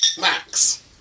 Max